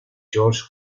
george